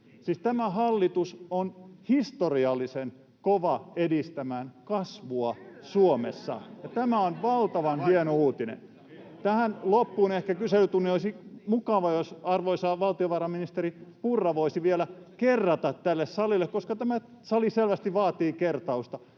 tämä hallitus on historiallisen kova edistämään kasvua Suomessa, ja tämä on valtavan hieno uutinen. [Naurua — Keskustan ryhmästä: Loppuun hyvä uutinen!] Tähän kyselytunnin loppuun ehkä olisi mukavaa, jos arvoisa valtiovarainministeri Purra voisi vielä kerrata tälle salille, koska tämä sali selvästi vaatii kertausta,